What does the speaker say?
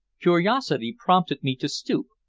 curiosity prompted me to stoop,